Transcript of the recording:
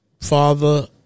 father